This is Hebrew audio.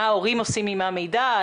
מה ההורים עושים עם המידע?